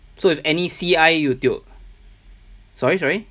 so if any C_I you tio sorry sorry